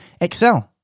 excel